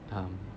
um